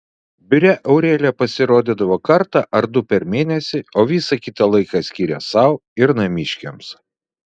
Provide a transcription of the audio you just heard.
biure aurelija pasirodydavo kartą ar du per mėnesį o visą kitą laiką skyrė sau ir namiškiams